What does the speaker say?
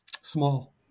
Small